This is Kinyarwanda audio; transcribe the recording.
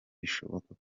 bishoboka